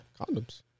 Condoms